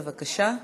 בבקשה.